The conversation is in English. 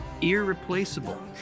irreplaceable